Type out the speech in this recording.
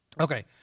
Okay